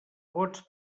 vots